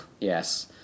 Yes